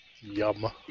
Yum